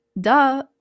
Duh